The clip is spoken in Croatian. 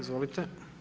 Izvolite.